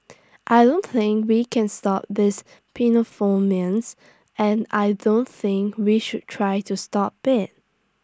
I don't think we can stop this and I don't think we should try to stop IT